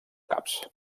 caps